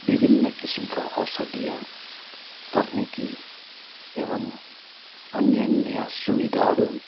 विभिन्न किसिमका औषधीय तकनिकी एवम् अन्यान्य सुविधाहरू